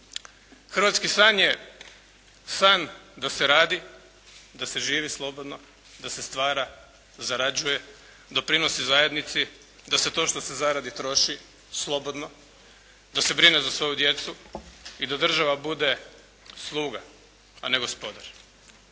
Hrvatski san je san da se radi, da se živi slobodno, da se stvara, zarađuje, doprinosi zajednici, da se to što se zaradi troši slobodno, da se brine za svoju djecu i da država bude sluga a ne gospodar